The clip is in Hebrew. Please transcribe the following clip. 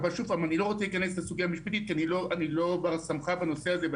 אבל אני לא רוצה להתייחס לסוגייה המשפטית כי אני לא בר הסמכה בנושא הזה.